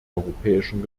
europäischen